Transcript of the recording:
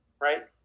right